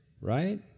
right